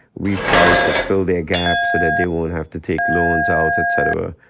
we've tried to fill their gap so that they won't have to take loans out, et cetera.